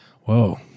whoa